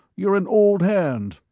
you're an old hand,